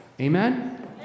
Amen